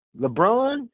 LeBron